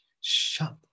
shut